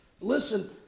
Listen